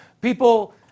people